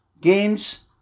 games